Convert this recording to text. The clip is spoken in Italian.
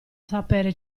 sapere